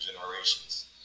generations